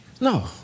No